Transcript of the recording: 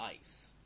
ice